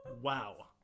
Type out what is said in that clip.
Wow